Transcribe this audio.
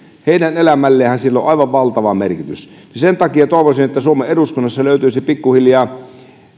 heidän elämälleenhän sillä on aivan valtava merkitys sen takia toivoisin että suomen eduskunnassa löytyisi pikkuhiljaa